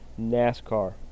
NASCAR